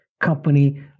company